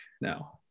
now